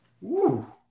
Woo